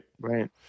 Right